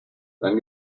sein